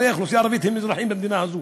הרי האוכלוסייה הערבית הם אזרחים במדינה הזאת